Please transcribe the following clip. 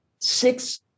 six